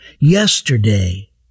yesterday